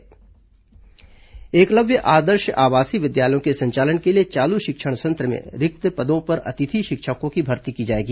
एकलव्य आवासीय विद्यालय एकलव्य आदर्श आवासीय विद्यालयों के संचालन के लिए चालू शिक्षण सत्र में रिक्त पदों पर अतिथि शिक्षकों की भर्ती की जाएगी